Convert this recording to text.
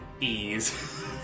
ease